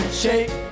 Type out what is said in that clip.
shake